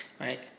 Right